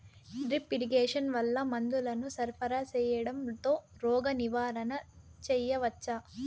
Drip irrigation వల్ల మందులను సరఫరా సేయడం తో రోగ నివారణ చేయవచ్చా?